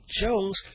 Jones